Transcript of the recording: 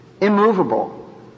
immovable